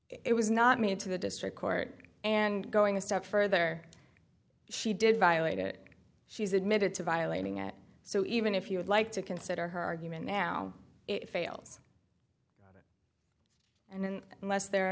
not made to the district court and going a step further she did violate it she's admitted to violating it so even if you would like to consider her argument now if fails and then unless there are